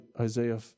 Isaiah